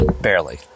Barely